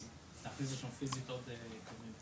להכניס לשם פיזית עוד קווים.